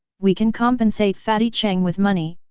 we can compensate fatty cheng with money,